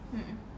mm mm